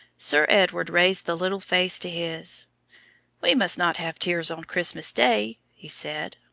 sir edward raised the little face to his we must not have tears on christmas day, he said.